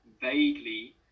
vaguely